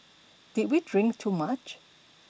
did we drink too much